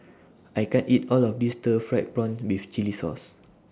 I can't eat All of This Stir Fried Prawn with Chili Sauce